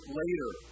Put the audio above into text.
later